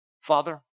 Father